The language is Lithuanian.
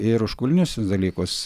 ir užkulinius dalykus